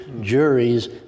juries